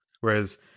Whereas